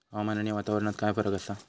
हवामान आणि वातावरणात काय फरक असा?